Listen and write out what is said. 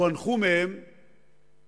פוענחו מהם